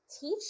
teach